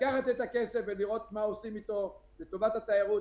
לקחת את הכסף ולראות מה עושים אתו לטובת התיירות,